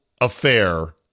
affair